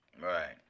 Right